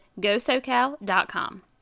GoSoCal.com